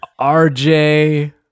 RJ